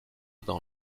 dans